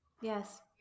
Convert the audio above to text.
Yes